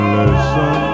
listen